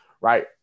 right